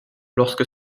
lorsque